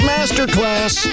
Masterclass